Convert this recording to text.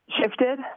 shifted